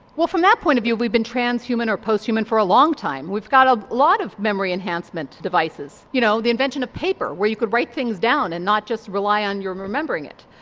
well from that point of view we've been transhuman or post-human for a long time, we've got a lot of memory enhancement devices. you know the invention of paper where you could write things down and not just rely on your remembering it.